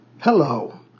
Hello